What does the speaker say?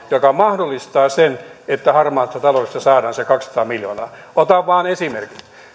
joka mahdollistaa sen että harmaasta taloudesta saadaan se kaksisataa miljoonaa otan vain